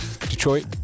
Detroit